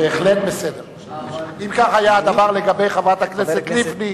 בהחלט בסדר אם כך היה הדבר לגבי חברת הכנסת לבני,